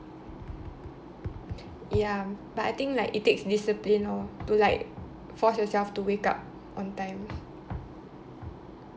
ya but I think like it takes discipline lor to like force yourself to wake up on time